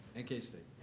and k state.